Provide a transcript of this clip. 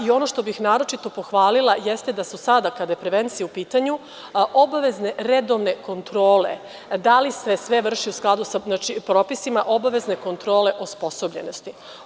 Ono što bih naročito pohvalila, jeste da su sada, kada je prevencija u pitanju, obavezne redovne kontrole da li se sve vrši u skladu sa propisima, obavezne kontrole osposobljenosti.